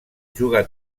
juga